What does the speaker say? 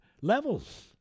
levels